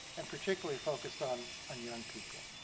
and particularly focused on on young people.